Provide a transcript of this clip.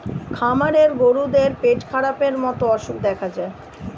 খামারের গরুদের পেটখারাপের মতো অসুখ দেখা যায়